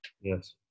Yes